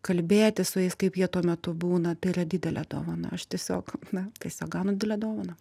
kalbėtis su jais kaip jie tuo metu būna tai yra didelė dovana aš tiesiog na tiesiog gaunu didelę dovaną